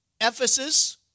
Ephesus